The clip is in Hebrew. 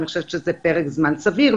אני חושבת שזה פרק זמן סביר.